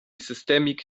systemik